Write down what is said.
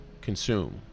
consume